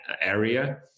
area